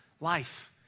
life